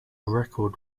record